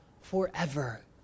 forever